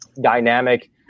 dynamic